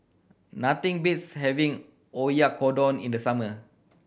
nothing beats having Oyakodon in the summer